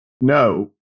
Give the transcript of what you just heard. no